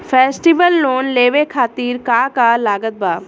Festival loan लेवे खातिर का का लागत बा?